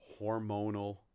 hormonal